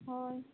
हय